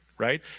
Right